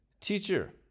Teacher